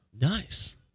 nice